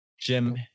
Jim